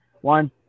one